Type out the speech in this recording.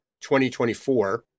2024